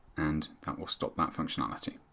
and that will stop that functionality.